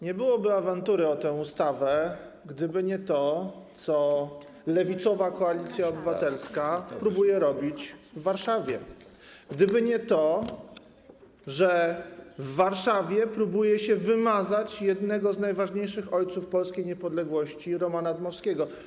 Nie byłoby awantury o tę ustawę, gdyby nie to, co lewicowa Koalicja Obywatelska próbuje robić w Warszawie, gdyby nie to, że w Warszawie próbuje się wymazać jednego z najważniejszych ojców polskiej niepodległości - Romana Dmowskiego.